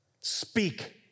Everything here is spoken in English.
speak